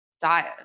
diet